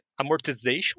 amortization